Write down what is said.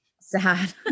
sad